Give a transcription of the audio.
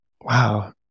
Wow